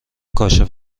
کاشف